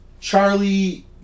Charlie